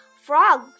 Frog